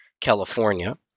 California